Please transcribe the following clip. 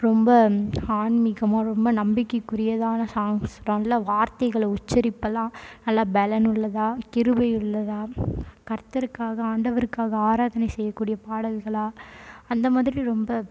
ரொம்ப ஆன்மீகமாக ரொம்ப நம்பிக்கைக்குரியதான சாங்ஸ் நல்ல வார்த்தைகள் உச்சரிப்பெல்லாம் நல்லா பலன் உள்ளதா கிருபை உள்ளதா கர்த்தருக்காக ஆண்டவருக்காக ஆராதனை செய்யக்கூடிய பாடல்களாக அந்த மாதிரி ரொம்ப